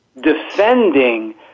Defending